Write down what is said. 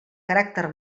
caràcter